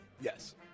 Yes